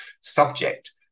subject